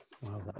Wow